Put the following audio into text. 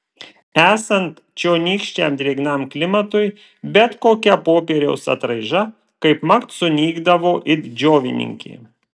esant čionykščiam drėgnam klimatui bet kokia popieriaus atraiža kaipmat sunykdavo it džiovininkė